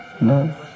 No